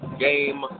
game